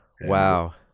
wow